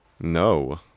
No